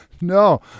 No